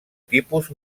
tipus